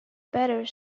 better